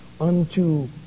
unto